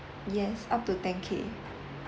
yes up to ten K